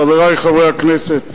חברי חברי הכנסת,